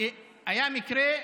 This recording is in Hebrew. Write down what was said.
היה מקרה,